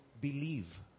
believe